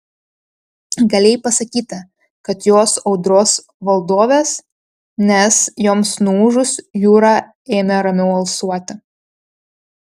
galėjai pasakyti kad jos audros valdovės nes joms nuūžus jūra ėmė ramiau alsuoti